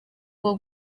bwo